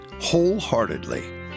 wholeheartedly